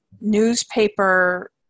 newspaper